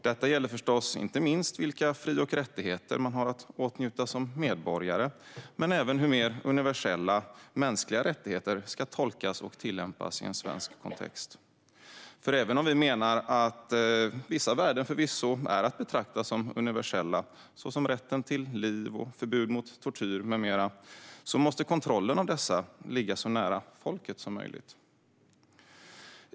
Detta gäller inte minst vilka fri och rättigheter man åtnjuter som medborgare men även hur mer universella mänskliga rättigheter ska tolkas och tillämpas i en svensk kontext, för även om vi menar att vissa värden förvisso är att betrakta som universella - rätten till liv, förbud mot tortyr med mera - måste kontrollen av dessa ligga så nära folket som möjligt.